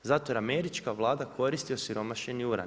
Zato jer Američka Vlada koristi osiromašeni uran.